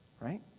right